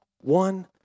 one